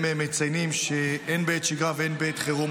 הם מציינים שהן בעת שגרה והן בעת חירום,